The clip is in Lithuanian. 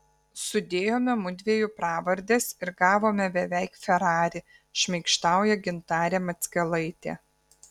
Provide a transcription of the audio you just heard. sudėjome mudviejų pravardes ir gavome beveik ferrari šmaikštauja gintarė mackelaitė